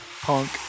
Punk